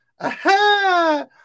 Aha